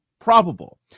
probable